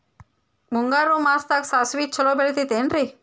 ಮುಂಗಾರು ಮಾಸದಾಗ ಸಾಸ್ವಿ ಛಲೋ ಬೆಳಿತೈತೇನ್ರಿ?